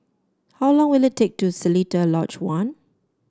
how long will it take to Seletar Lodge One